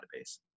database